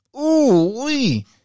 ooh-wee